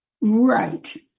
Right